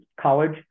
college